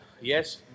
yes